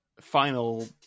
final